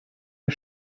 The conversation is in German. der